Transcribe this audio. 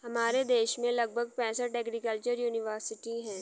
हमारे देश में लगभग पैंसठ एग्रीकल्चर युनिवर्सिटी है